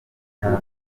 hafi